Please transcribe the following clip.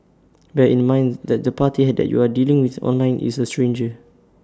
bear in mind that the party had that you are dealing with online is A stranger